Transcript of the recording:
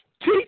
teach